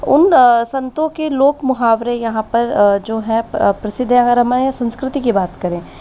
उन संतों के लोग मुहावरे यहाँ पर जो हैं प्रसिद्ध हैं अगर हमारे यहाँ संस्कृति की बात करें